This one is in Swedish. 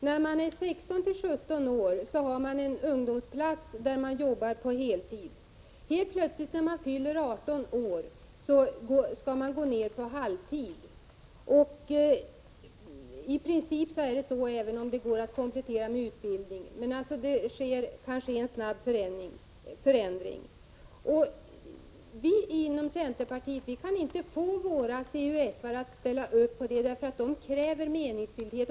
När man är i 16-17-årsåldern har man en ungdomsplats, där man arbetar på heltid. Helt plötsligt, när man fyller 18 år, skall man gå ned till halvtid. I princip förhåller det sig på det sättet, även om det går att komplettera med utbildning. Det blir kanske en snabb förändring. Vii centerpartiet kan inte få våra CUF-are att ställa upp på det här, eftersom de kräver meningsfullhet.